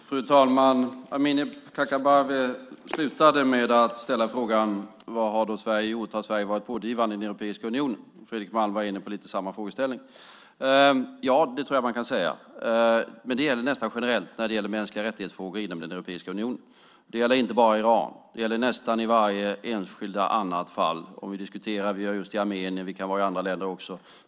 Fru talman! Amineh Kakabaveh slutade med att ställa frågan: Vad har Sverige gjort? Har Sverige varit pådrivande i Europeiska unionen. Fredrik Malm var inne på ungefär samma frågeställning. Ja, det tror jag att man kan säga, men det gäller nästan generellt när det gäller frågor om mänskliga rättigheter inom Europeiska unionen. Det gäller inte bara Iran. Det gäller i nästan varje annat enskilt fall. Vi har just diskuterat Armenien. Vi kan diskutera andra länder också.